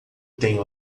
tem